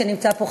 שנמצא פה,